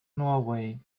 norway